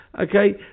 okay